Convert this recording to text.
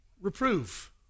Reprove